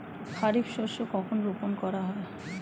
খারিফ শস্য কখন রোপন করা হয়?